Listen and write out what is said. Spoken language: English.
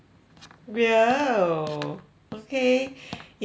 will okay you see ah